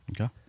Okay